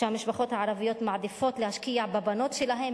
שהמשפחות הערביות מעדיפות להשקיע בבנות שלהן